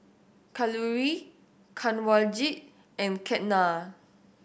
Kalluri Kanwaljit and Ketna